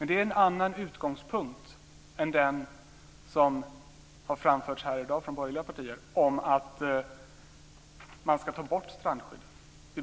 Men det är en annan utgångspunkt än den som har framförts här i dag från borgerliga partier om att man ska ta bort strandskyddet.